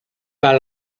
par